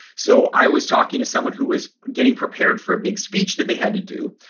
so i was talking to someone who was getting prepared for a big speech that they had to do.